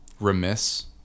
remiss